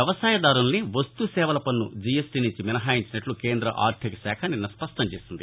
వ్యవసాయదారులను వస్తు సేవల పస్ను జీఎస్టీ నుంచి మినహాయించినట్లు కేంద్ర ఆర్థిక శాఖ నిన్న స్పష్టం చేసింది